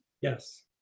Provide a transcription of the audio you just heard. Yes